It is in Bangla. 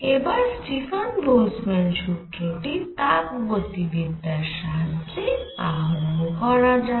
এবার স্টিফান বোলজম্যান সুত্রটি তাপগতিবিদ্যার সাহায্যে আহরণ করা যাক